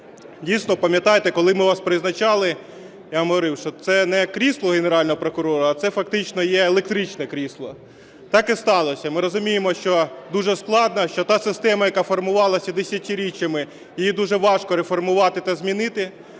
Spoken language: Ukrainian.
Дійсно, пам'ятаєте, коли ми вас призначали, я вам говорив, що це не крісло Генерального прокурора, а це фактично є електричне крісло. Так і сталося. Ми розуміємо, що дуже складно, що та система, яка формувалася десятиріччями, її дуже важко реформувати та змінити.